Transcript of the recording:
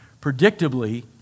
predictably